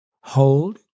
Hold